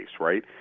right